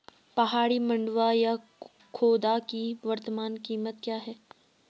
पहाड़ी मंडुवा या खोदा की वर्तमान कीमत क्या है?